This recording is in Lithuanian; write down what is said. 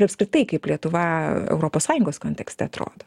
ir apskritai kaip lietuva europos sąjungos kontekste atrodo